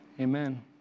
amen